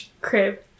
Crib